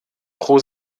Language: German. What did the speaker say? pro